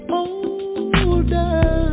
older